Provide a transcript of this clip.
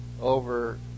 over